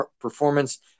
performance